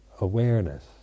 awareness